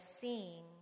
seeing